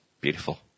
Beautiful